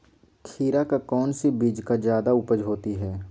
खीरा का कौन सी बीज का जयादा उपज होती है?